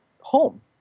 home